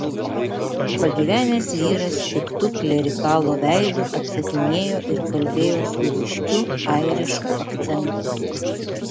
pagyvenęs vyras piktu klerikalo veidu atsakinėjo ir kalbėjo su ryškiu airišku akcentu